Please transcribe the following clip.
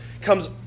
comes